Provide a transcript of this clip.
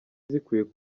zikwiriye